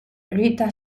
rita